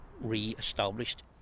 re-established